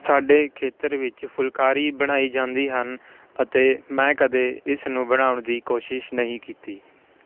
ਸਾਡੇ ਖੇਤਰ ਵਿੱਚ ਫੁਲਕਾਰੀ ਬਣਾਈ ਜਾਂਦੀ ਹਨ ਅਤੇ ਮੈਂ ਕਦੇ ਇਸ ਨੂੰ ਬਣਾਉਣ ਦੀ ਕੋਸ਼ਿਸ਼ ਨਹੀਂ ਕੀਤੀ